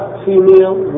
female